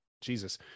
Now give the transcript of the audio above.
jesus